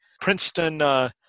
Princeton